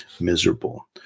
miserable